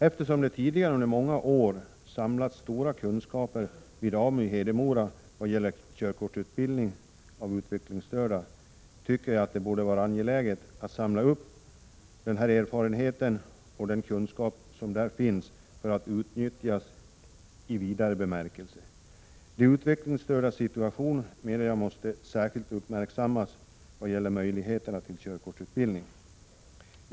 Eftersom det tidigare under många år samlats stora kunskaper vid AMU i Hedemora vad gäller körkortsutbildning av utvecklingsstörda, tycker jag att det borde vara angeläget att samla upp den erfarenhet och den kunskap som där finns för att utnyttja den i vidare bemärkelse. Jag menar att de utvecklingsstördas situation måste uppmärksammas särskilt vad gäller möjligheterna till körkortsutbildning.